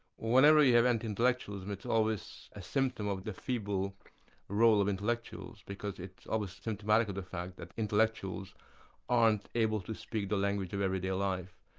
whenever you have and anti-intellectualism, it's always a symptom of the feeble role of intellectuals, because it's almost symptomatic of the fact that intellectuals aren't able to speak the language of everyday life.